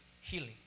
healing